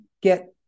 get